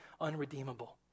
unredeemable